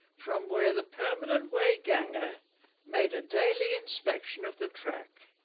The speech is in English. from where the permanent way ganger made a daily inspection of the track